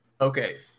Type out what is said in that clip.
Okay